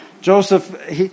Joseph